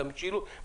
את המשילות,